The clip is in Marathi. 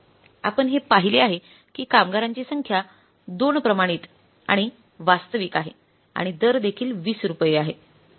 आपण हे पाहिले आहे की कामगारांची संख्या 2 प्रमाणित आणि वास्तविक आहे आणि दर देखील 20 रुपये आहे